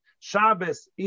Shabbos